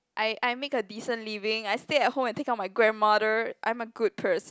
I I make a decent living I stay at home and take care of my grandmother I'm a good person